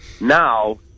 Now